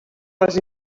les